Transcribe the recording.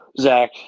Zach